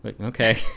Okay